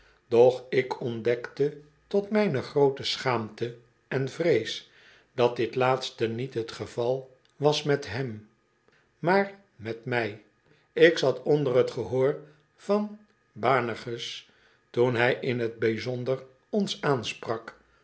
doch ik ontdekte tot mijne groote schaamte en vrees dat dit laatste niet t geval was met hem maar met mij ik zat onder t gehoor van boanerges toen hij in t bijzonder ons aansprak